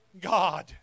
God